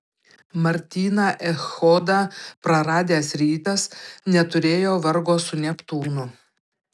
martyną echodą praradęs rytas neturėjo vargo su neptūnu